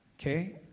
okay